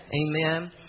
Amen